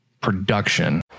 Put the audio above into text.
production